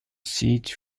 sites